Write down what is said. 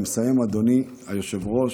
אני מסיים, אדוני היושב-ראש.